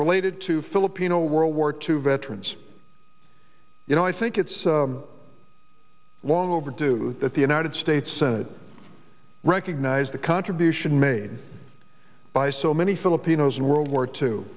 related to filipino world war two veterans you know i think it's long overdue that the united states senate recognize the contribution made by so many filipinos in world war two